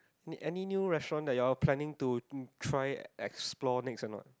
any any new restaurant that you all planning to try explore next or not